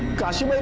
kashi